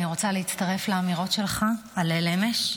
אני רוצה להצטרף לאמירות שלך על ליל אמש,